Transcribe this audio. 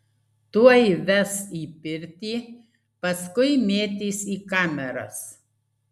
tuoj ves į pirtį paskui mėtys į kameras